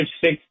six